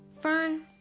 fern?